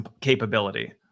capability